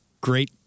great